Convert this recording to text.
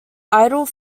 idle